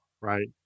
right